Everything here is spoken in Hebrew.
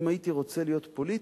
ואם הייתי רוצה להיות פוליטי,